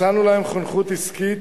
הצענו להם חונכות עסקית,